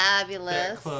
fabulous